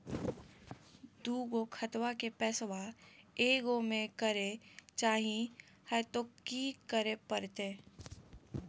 दू गो खतवा के पैसवा ए गो मे करे चाही हय तो कि करे परते?